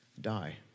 die